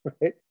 right